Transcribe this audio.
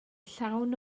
llawn